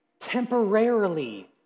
temporarily